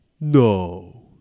No